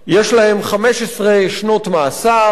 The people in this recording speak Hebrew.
יש להם 15 שנות מאסר,